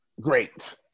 Great